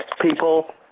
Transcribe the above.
people